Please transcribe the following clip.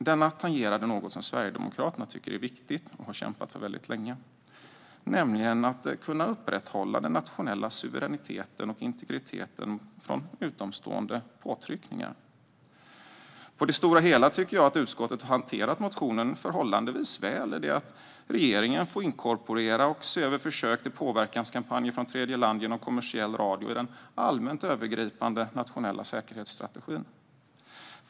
Denna tangerade något som Sverigedemokraterna tycker är viktigt och länge har kämpat för, nämligen att kunna upprätthålla den nationella suveräniteten och integriteten från utomstående påtryckningar. På det stora hela tycker jag att utskottet har hanterat motionen förhållandevis väl, i det att regeringen får inkorporera och se över försök till påverkanskampanjer från tredje land genom kommersiell radio i den allmänt övergripande nationella säkerhetsstrategin.